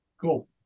Cool